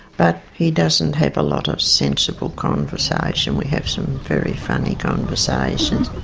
but he doesn't have a lot of sensible conversation, we have some very funny conversations.